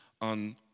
on